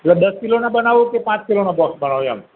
એટલે દસ કિલોનાં બનાવું કે પાંચ કિલોનાં બોક્સ બનાવું એમ